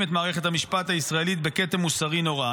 את מערכת המשפט הישראלית בכתם מוסרי נורא.